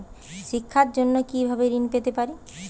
শিক্ষার জন্য কি ভাবে ঋণ পেতে পারি?